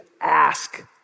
ask